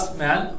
man